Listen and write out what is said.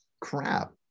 crap